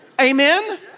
Amen